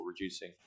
reducing